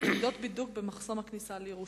עמדות בידוק במחסום הכניסה לירושלים.